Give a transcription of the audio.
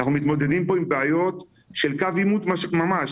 אנחנו מתמודדים פה עם בעיות של קו עימות ממש.